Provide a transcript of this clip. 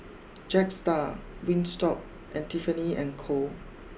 Jetstar Wingstop and Tiffany and Co